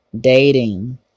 dating